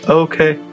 okay